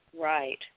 right